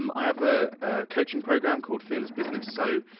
um i have a, a coaching programme called fearless business, so,